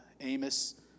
Amos